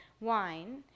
wine